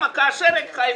כאשר התחייבו,